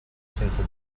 senza